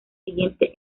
siguiente